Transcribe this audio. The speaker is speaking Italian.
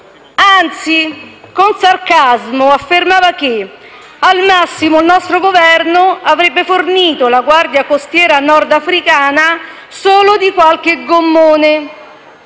Anzi, con sarcasmo affermava che al massimo il nostro Governo avrebbe fornito alla Guardia costiera nordafricana solo qualche gommone.